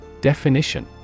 Definition